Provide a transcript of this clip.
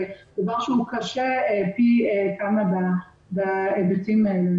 וזה דבר שהוא קשה פי כמה בהיבטים האלו.